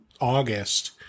August